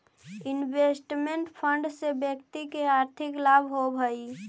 investment fund से व्यक्ति के आर्थिक लाभ होवऽ हई